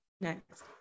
Next